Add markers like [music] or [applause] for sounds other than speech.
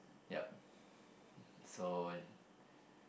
yup [breath] so